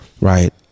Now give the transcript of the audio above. Right